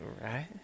Right